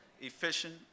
efficient